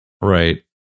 Right